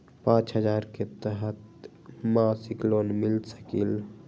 पाँच हजार के तहत मासिक लोन मिल सकील?